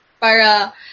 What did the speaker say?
para